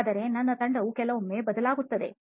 ಆದರೆ ನನ್ನ ತಂತ್ರವು ಕೆಲವೊಮ್ಮೆ ಬದಲಾಗುತ್ತದೆ